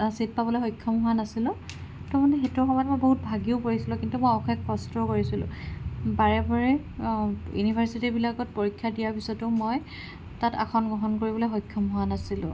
seat পাবলে সক্ষম হোৱা নাছিলো তাৰমানে সেইটো সময়ত মই বহুত ভাগিও পৰিছিলো কিন্তু মই অশেষ কষ্ট কৰিছিলো বাৰে বাৰে ইউনিভাৰ্চিটিবিলাকত পৰীক্ষা দিয়াৰ পিছতো মই তাত আসন গ্ৰহণ কৰিবলৈ সক্ষম হোৱা নাছিলো